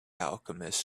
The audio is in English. alchemist